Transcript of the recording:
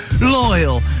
loyal